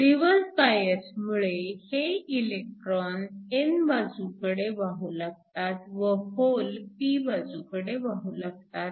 reverse bias मुळे हे electrons n बाजूकडे वाहू लागतात व होल p बाजूकडे वाहू लागतात